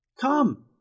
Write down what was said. Come